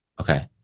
Okay